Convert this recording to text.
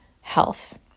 health